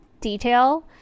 detail